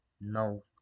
no